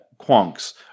Quonks